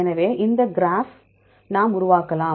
எனவே இந்த கிராஃப் நாம் உருவாக்கலாம்